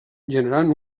generant